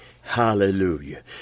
hallelujah